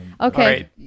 Okay